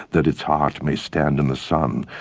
that its heart may stand in the sun,